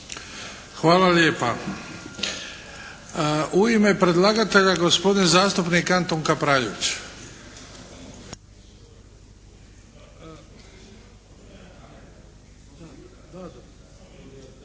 Hvala lijepa. U ime predlagatelja gospodin zastupnik Antun Kapraljević.